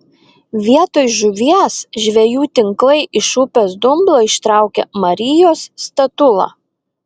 vietoj žuvies žvejų tinklai iš upės dumblo ištraukė marijos statulą